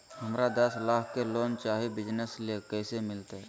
हमरा दस लाख के लोन चाही बिजनस ले, कैसे मिलते?